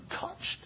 touched